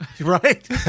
right